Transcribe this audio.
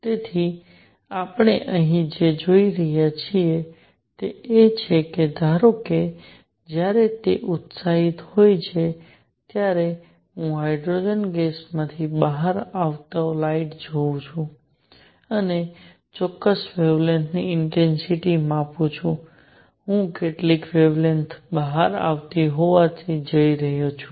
તેથી આપણે અહીં જે જોઈ રહ્યા છીએ તે એ છે કે ધારો કે જ્યારે તે ઉત્સાહિત હોય ત્યારે હું હાઇડ્રોજન ગેસમાંથી બહાર આવતો લાઇટ લઉં છું અને ચોક્કસ વેવલેન્થ ની ઇન્ટેન્સિટી માપુ છું હું કેટલીક વેવલેન્થ ઓ બહાર આવતી જોવા જઈ રહ્યો છું